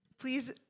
Please